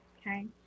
Okay